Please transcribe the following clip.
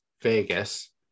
vegas